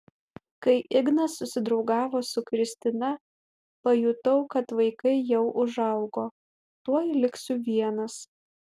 kai ignas susidraugavo su kristina pajutau kad vaikai jau užaugo tuoj liksiu vienas